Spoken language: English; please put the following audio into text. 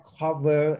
cover